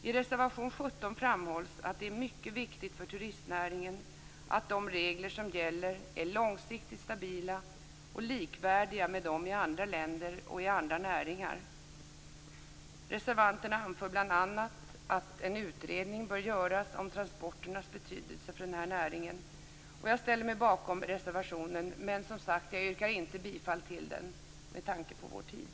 I reservation 17 framhålls att det är mycket viktigt för turistnäringen att de regler som gäller är långsiktigt stabila och likvärdiga med dem i andra länder och i andra näringar. Reservanterna anför bl.a. att en utredning bör göras om transporternas betydelse för denna näring. Jag ställer mig bakom reservationen, men jag yrkar inte bifall till den.